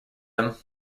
him